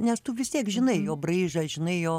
nes tu vis tiek žinai jo braižą žinai jo